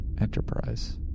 Enterprise